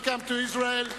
Welcome to Israel,